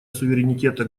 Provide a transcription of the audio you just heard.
суверенитета